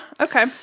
Okay